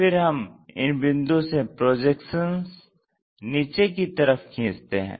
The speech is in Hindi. फिर हम इन बिंदुओं से प्रोजेक्शन्स नीचे की तरफ खींचते हैं